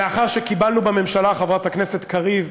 לאחר שקיבלנו בממשלה, חברת הכנסת קריב,